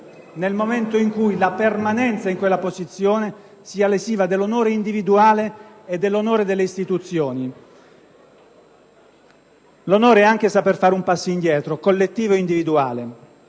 nel momento in cui la permanenza in quella posizione sia lesiva dell'onore individuale e dell'onore delle istituzioni. L'onore è anche saper fare un passo indietro, collettivo e individuale.